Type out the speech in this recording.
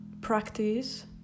practice